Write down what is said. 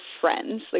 friends